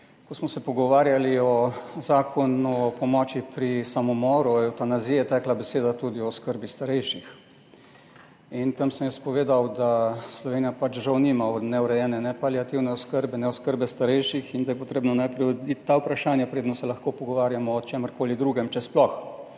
ko smo se pogovarjali o zakonu o pomoči pri samomoru, o evtanaziji, je tekla beseda tudi o oskrbi starejših. Tam sem jaz povedal, da Slovenija žal nima urejene paliativne oskrbe in ne oskrbe starejših in da je treba najprej urediti ta vprašanja, preden se lahko pogovarjamo o čemerkoli drugem, če sploh.